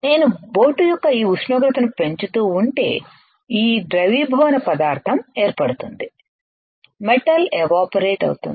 నేను బోట్ యొక్క ఈ ఉష్ణోగ్రతను పెంచుతూ ఉంటే ఈ ద్రవీభవన పదార్థం ఏర్పడుతుంది మెటల్ ఎవాపరేట్ అవుతుంది